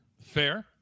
fair